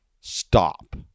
stop